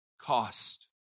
cost